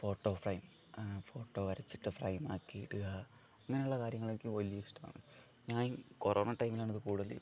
photo frame photo വരച്ചിട്ട് frame ആക്കി ഇടുക ഇങ്ങനെ ഉള്ള കാര്യങ്ങളൊക്കെ വലിയ ഇഷ്ടാണ് ഞാൻ കൊറോണ ടൈമിലാണിത് കൂട്തല്